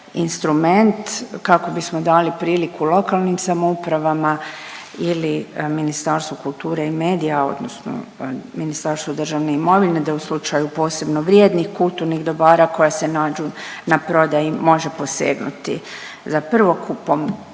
instrument kako bismo dali priliku lokalnim samoupravama ili Ministarstvu kulture i medija odnosno Ministarstvu državne imovine da u slučaju posebno vrijednih kulturnih dobara koja se nađu na prodaji može posegnuti za prvokupom.